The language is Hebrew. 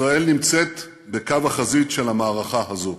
ישראל נמצאת בקו החזית של המערכה הזאת.